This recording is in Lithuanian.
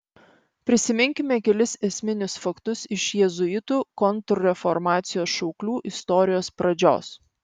prisiminkime kelis esminius faktus iš jėzuitų kontrreformacijos šauklių istorijos pradžios